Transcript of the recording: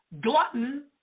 glutton